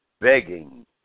begging